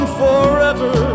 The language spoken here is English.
forever